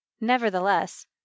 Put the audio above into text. Nevertheless